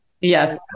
Yes